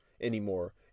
anymore